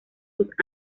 sus